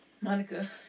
Monica